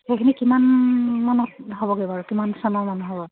সেইখিনি কিমান মানত হ'বগৈ বাৰু কিমান হ'ব